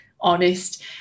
honest